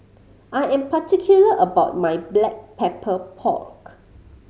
I am particular about my Black Pepper Pork